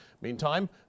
Meantime